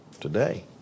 today